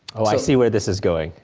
ah i see where this is going,